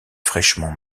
fraîchement